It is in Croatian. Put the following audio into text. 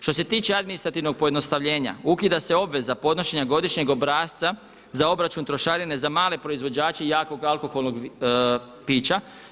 Što se tiče administrativnog pojednostavljenja ukida se obveza podnošenja godišnjeg obrasca za obračun trošarine za male proizvođače jakog alkoholnog pića.